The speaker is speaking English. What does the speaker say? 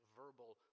verbal